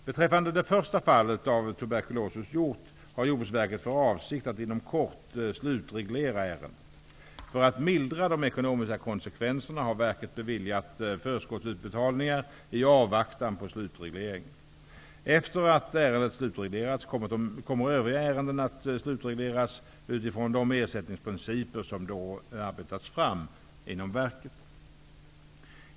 Beträffande det första fallet av tuberkulos hos hjort har Jordbruksverket för avsikt att inom kort slutreglera ärendet. För att mildra de ekonomiska konsekvenserna har verket beviljat förskottsutbetalningar i avvaktan på slutreglering. Efter det att ärendet slutreglerats kommer övriga ärenden att slutregleras utifrån de ersättningsprinciper som då arbetats fram inom verket.